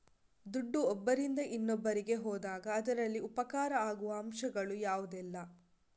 ದುಡ್ಡು ಒಬ್ಬರಿಂದ ಇನ್ನೊಬ್ಬರಿಗೆ ಹೋದಾಗ ಅದರಲ್ಲಿ ಉಪಕಾರ ಆಗುವ ಅಂಶಗಳು ಯಾವುದೆಲ್ಲ?